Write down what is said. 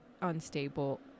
unstable